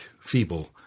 feeble